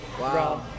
Wow